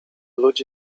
ludzi